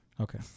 Okay